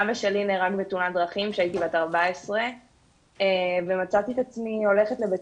אבא שלי נהרג בתאונת דרכים כשהייתי בת 14 ומצאתי את עצמי הולכת לבית